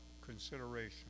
consideration